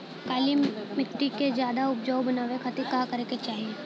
काली माटी के ज्यादा उपजाऊ बनावे खातिर का करे के चाही?